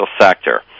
sector